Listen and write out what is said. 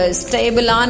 stable